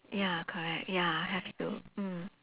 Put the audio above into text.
ya correct ya have to mm